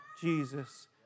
Jesus